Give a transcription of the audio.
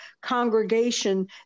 congregation